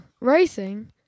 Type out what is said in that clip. racing